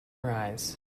arise